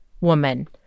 woman